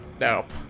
Nope